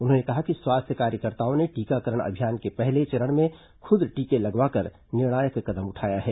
उन्होंने कहा कि स्वास्थ्य कार्यकर्ताओं ने टीकाकरण अभियान के पहले चरण में खुद टीके लगवाकर निर्णायक कदम उठाया है